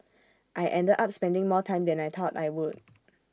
I ended up spending more time than I thought I would